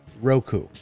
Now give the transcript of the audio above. Roku